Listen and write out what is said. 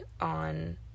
on